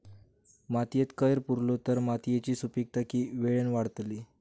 मातयेत कैर पुरलो तर मातयेची सुपीकता की वेळेन वाडतली?